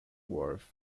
worth